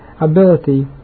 ability